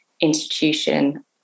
institution